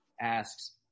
asks